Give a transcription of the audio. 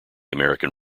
american